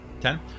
Ten